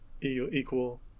equal